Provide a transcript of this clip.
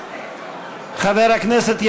חבר הכנסת